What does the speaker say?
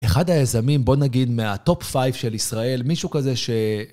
אחד היזמים, בוא נגיד, מהטופ 5 של ישראל, מישהו כזה ש...